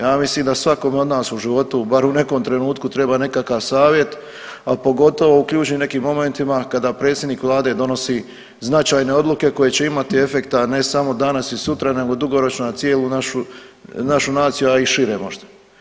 Ja mislim da svakome od u životu bar u nekom trenutku treba nekakav savjet, a pogotovo u ključnim nekim momentima kada predsjednik vlade donosi značajne odluke koje će imati efekta ne samo danas i sutra nego dugoročno na cijelu našu, našu naciju a i šire možda.